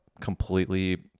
completely